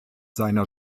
seiner